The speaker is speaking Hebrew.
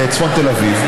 בצפון תל אביב: